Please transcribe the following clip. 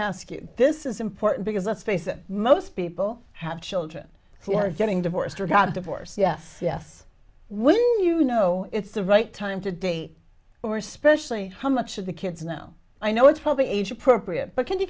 ask you this is important because let's face it most people have children who are getting divorced or got divorced yes yes when you know it's the right time to date or especially how much should the kids now i know it's probably age appropriate but can you